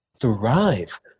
thrive